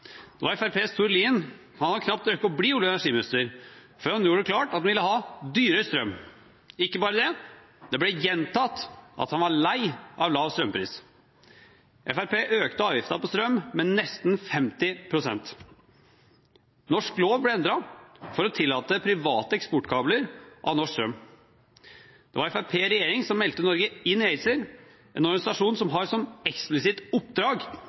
Lien hadde knapt rukket å bli olje- og energiminister før han gjorde det klart at han ville ha dyrere strøm. Og ikke bare det: Det ble gjentatt at han var lei av lav strømpris. Fremskrittspartiet økte avgiften på strøm med nesten 50 pst. Norsk lov ble endret for å tillate private eksportkabler av norsk strøm. Det var Fremskrittspartiet i regjering som meldte Norge inn i ACER, en organisasjon som har som eksplisitt oppdrag